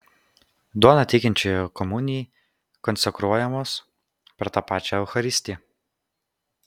duona tikinčiųjų komunijai konsekruojamos per tą pačią eucharistiją